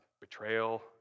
Betrayal